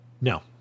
No